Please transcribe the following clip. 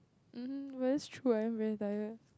um but that's true I am very tired